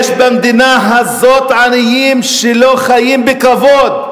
יש במדינה הזאת עניים שלא חיים בכבוד.